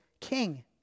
king